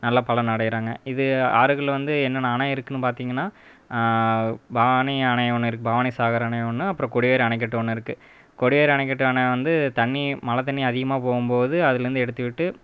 நல்ல பலன் அடைகிறாங்க இது ஆறுகள் வந்து என்னென்ன அணை இருக்குதுன்னு பார்த்திங்கன்னா பவானி அணை ஒன்று இருக்குது பவானி சாகர் அணை ஒன்று அப்புறம் கொடிவேரி அணைக்கட்டு ஒன்று இருக்குது கொடிவேரி அணைக்கட்டு அணை வந்து தண்ணி மழை தண்ணி அதிகமாக போகும்போது அதுலேருந்து எடுத்துவிட்டு